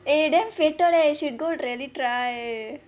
eh damn fated leh should go really try